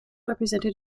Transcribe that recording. represented